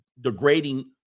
degrading